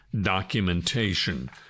documentation